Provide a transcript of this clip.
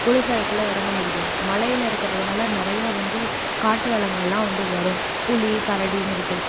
பொழுதுசாயக்குள்ள இறங்கமுடியும் மலையில் இருக்கறதுனால் நெறையா வந்து காட்டு விலங்குகள்லாம் வந்து வரும் புலி கரடின்னுகிட்டு